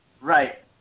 Right